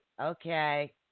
okay